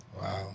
Wow